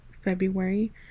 February